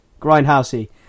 grindhousey